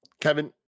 Kevin